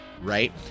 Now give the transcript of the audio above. right